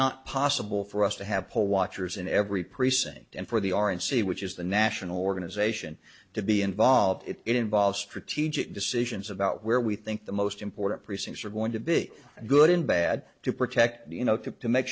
not possible for us to have poll watchers in every precinct and for the r and c which is the national organization to be involved it involves strategic decisions about where we think the most important precincts are going to be good and bad to protect the you know tip to make